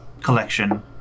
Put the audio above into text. collection